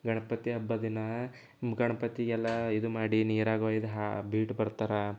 ಗಣಪತಿ ಹಬ್ಬದ ದಿನ ಗಣಪತಿಗೆಲ್ಲ ಇದು ಮಾಡಿ ನೀರಾಗೆ ಒಯ್ದು ಹಾ ಬಿಟ್ಟು ಬರ್ತಾರ